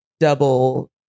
double